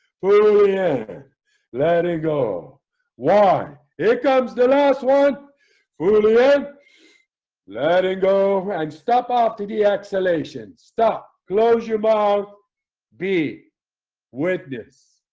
yeah let it go why it comes the last one foolin let it go and stop off to the exhalation. stop close your mouth be witness